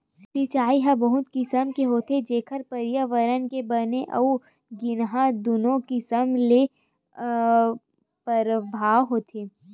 सिचई ह बहुत किसम ले होथे जेखर परयाबरन म बने अउ गिनहा दुनो किसम ले परभाव होथे